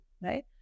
right